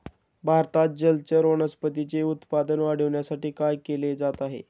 भारतात जलचर वनस्पतींचे उत्पादन वाढविण्यासाठी काय केले जात आहे?